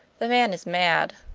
the man is mad.